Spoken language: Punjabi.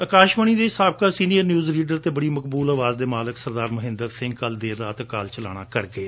ਅਕਾਸ਼ਵਾਣੀ ਦੇ ਸਾਬਕਾ ਸੀਨੀਅਰ ਨਿਊਜ ਰੀਡਰ ਅਤੇ ਬੜੀ ਮਕਬੂਲ ਅਵਾਜ ਦੇ ਮਾਲਕ ਸ੍ਰੀ ਮੋਹਿੰਦਰ ਸਿੰਘ ਕੱਲ੍ਹ ਦੇਰ ਰਾਤ ਅਕਾਲ ਚਲਾਣਾ ਕਰ ਗਏ